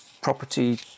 property